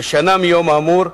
ושנה מהיום האמור,